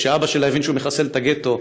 כשאבא שלה הבין שמחסלים את הגטו,